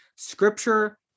Scripture